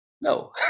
no